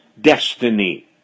destiny